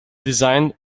designed